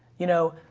you know,